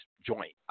joint